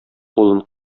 кулын